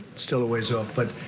still a ways out. but